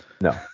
No